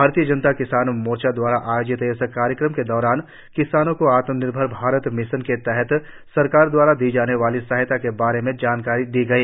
भारतीय जनता किसान मोर्चा दवारा आयोजित इस कार्यक्रम के दौरान किसानों को आत्म निर्भर भारत मिशन के तहत सरकार दवारा दी जाने वाली सहैता के बारे में जानकारी दी गई